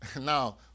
Now